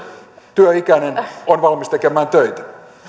työikäinen on valmis tekemään töitä